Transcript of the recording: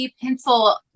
pencil